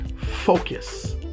Focus